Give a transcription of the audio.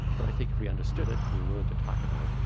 but i think if we understood it and were willing to talk about it,